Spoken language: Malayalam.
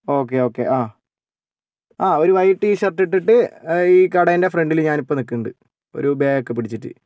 ഓക്കേ ഓക്കേ ആ ആ ഒരു വൈറ്റ് ടീഷർട്ട് ഇട്ടിട്ട് ഈ കടേൻ്റെ ഫ്രണ്ടിൽ ഞാനിപ്പോൾ നിൽക്കുന്നുണ്ട് ഒരു ബാഗൊക്കെ പിടിച്ചിട്ട്